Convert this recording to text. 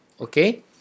okay